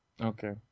Okay